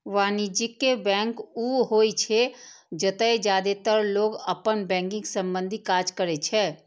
वाणिज्यिक बैंक ऊ होइ छै, जतय जादेतर लोग अपन बैंकिंग संबंधी काज करै छै